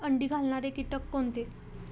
अंडी घालणारे किटक कोणते?